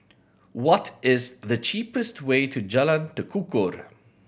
what is the cheapest way to Jalan Tekukor